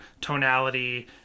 tonality